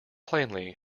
plainly